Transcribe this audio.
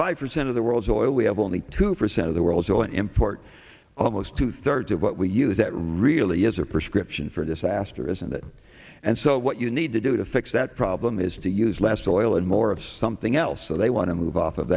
five percent of the world's oil we have only two percent of the world's oil import almost two thirds of what we use that really is a prescription for disaster isn't it and so what you need to do to fix that problem is to use less oil and more of something else so they want to move off of